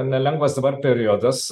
nelengvas dabar periodas